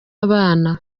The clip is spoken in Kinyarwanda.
abana